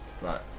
Right